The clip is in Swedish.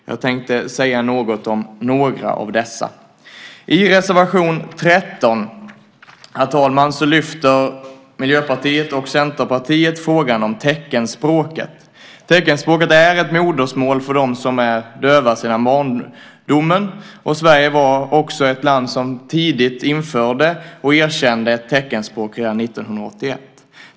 Jag tänkte säga något om några av dessa. I reservation 13, herr talman, lyfter Miljöpartiet och Centerpartiet fram frågan om teckenspråket. Teckenspråket är modersmål för dem som är döva sedan barndomen. Sverige var ett land som tidigt införde och erkände teckenspråket 1981.